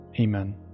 amen